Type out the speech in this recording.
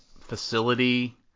facility